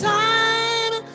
time